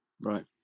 Right